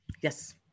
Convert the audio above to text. yes